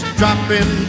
dropping